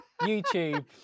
YouTube